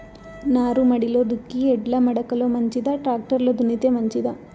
నారుమడిలో దుక్కి ఎడ్ల మడక లో మంచిదా, టాక్టర్ లో దున్నితే మంచిదా?